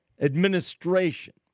administration